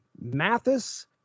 Mathis